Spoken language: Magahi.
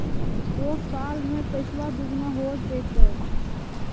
को साल में पैसबा दुगना हो जयते?